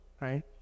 right